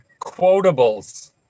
Quotables